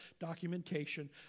documentation